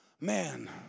man